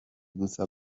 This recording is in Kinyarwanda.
gusa